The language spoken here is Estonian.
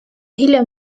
hiljem